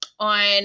on